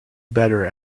better